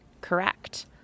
correct